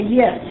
yes